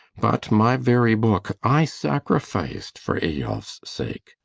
but my very book i sacrificed for eyolf's sake.